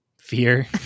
Fear